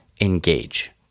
engage